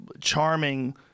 charming